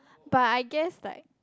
but I guess like